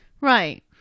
right